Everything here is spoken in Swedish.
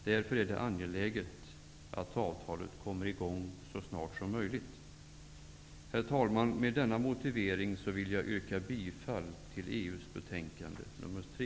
Därför är det angeläget att avtalet träder i kraft så snart som möjligt. Herr talman! Med denna motivering vill jag yrka bifall till utskottets hemställan i betänkandet EU3.